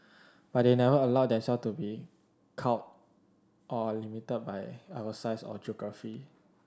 but they never allowed themselves to be cowed or limited by our size or geography